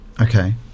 Okay